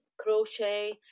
crochet